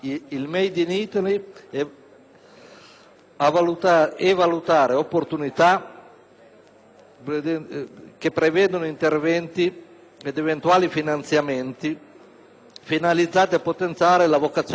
a valutare l'opportunità di prevedere interventi ed eventuali finanziamenti finalizzati a potenziare la vocazione internazionale,